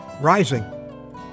rising